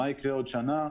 מה יקרה עוד שנה,